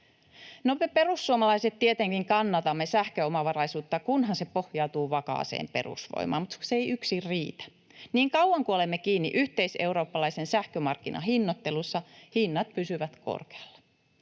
me perussuomalaiset tietenkin kannatamme sähköomavaraisuutta, kunhan se pohjautuu vakaaseen perusvoimaan, mutta kun se ei yksin riitä. Niin kauan kuin olemme kiinni yhteiseurooppalaisen sähkömarkkinan hinnoittelussa, hinnat pysyvät korkealla.